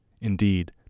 Indeed